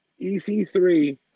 EC3